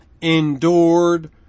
endured